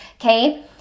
okay